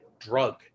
drug